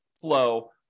flow